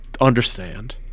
understand